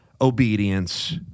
obedience